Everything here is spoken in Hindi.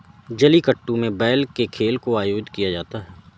जलीकट्टू में बैल के खेल को आयोजित किया जाता है